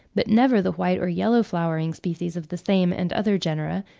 but never the white or yellow flowering species of the same and other genera,